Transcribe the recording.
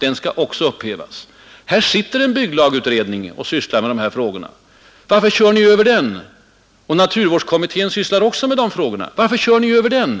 hittills har haft. Bygglagutredningen arbetar med dessa frågor. Varför kör ni över dem? Naturvårdskommittén sysslar också med frågorna. Varför kör ni över dem?